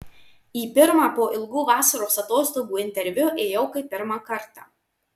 į pirmą po ilgų vasaros atostogų interviu ėjau kaip pirmą kartą